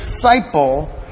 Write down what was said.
disciple